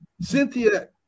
Cynthia